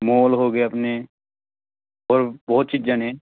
mall ਹੋ ਗਿਆ ਆਪਣੇ ਔਰ ਬਹੁਤ ਚੀਜ਼ਾਂ ਨੇ